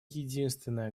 единственная